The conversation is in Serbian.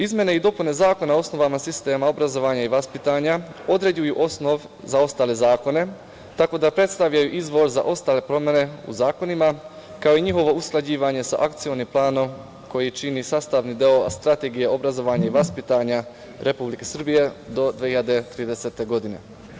Izmene i dopune Zakona o osnovama sistema obrazovanja i vaspitanja određuju osnov za ostale zakone, tako da predstavljaju izvor za ostale promene u zakonima, kao i njihovo usklađivanje sa Akcionim planom koji čini sastavni deo Strategije obrazovanja i vaspitanja Republike Srbije do 2030. godine.